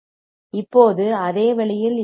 இப்போது அதே வழியில் fL 1 2πR2C2